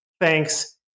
Thanks